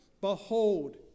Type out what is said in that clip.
behold